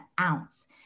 ounce